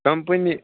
company